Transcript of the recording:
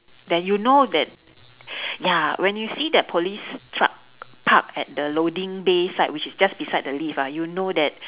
then you know that ya when you see that police truck park at the loading bay side which is just beside the lift ah you know that